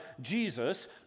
Jesus